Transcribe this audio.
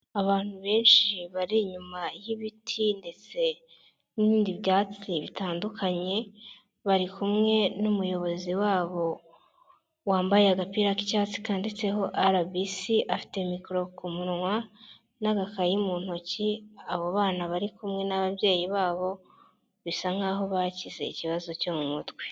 Abantu benshi bari inyuma y'ibiti ndetse n'ibindi byatsi bitandukanye, bari kumwe n'umuyobozi wabo wambaye agapira'icyatsi kanditseho RBC, afite mikoro ku munwa n'agakayi mu ntoki, abo bana bari kumwe n'ababyeyi babo bisa nk'aho bakize ikibazo cyo mu mutwe.